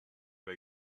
beg